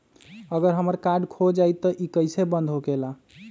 अगर हमर कार्ड खो जाई त इ कईसे बंद होकेला?